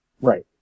Right